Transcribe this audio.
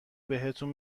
بهتون